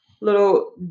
little